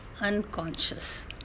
unconscious